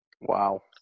Wow